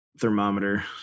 thermometer